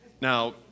Now